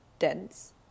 dense